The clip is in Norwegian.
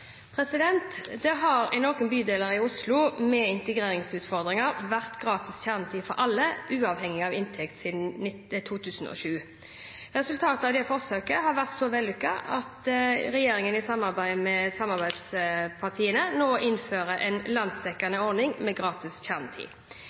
Det har i noen bydeler i Oslo med integreringsutfordringer vært gratis kjernetid for alle, uavhengig av inntekt, siden 2007. Resultatet av dette forsøket har vært så vellykket at regjeringen i samarbeid med samarbeidspartiene nå innfører en landsdekkende ordning med gratis kjernetid.